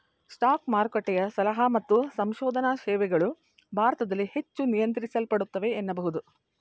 stock ಮಾರುಕಟ್ಟೆಯ ಸಲಹಾ ಮತ್ತು ಸಂಶೋಧನಾ ಸೇವೆಗಳು ಭಾರತದಲ್ಲಿ ಹೆಚ್ಚು ನಿಯಂತ್ರಿಸಲ್ಪಡುತ್ತವೆ ಎನ್ನಬಹುದು